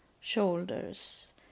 shoulders